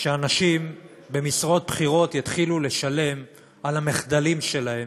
שאנשים במשרות בכירות יתחילו לשלם על המחדלים שלהם,